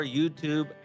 YouTube